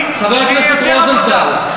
חבר הכנסת רוזנטל,